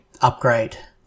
upgrade